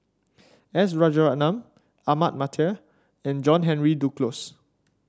S Rajaratnam Ahmad Mattar and John Henry Duclos